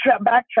backtrack